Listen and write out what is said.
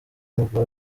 murwa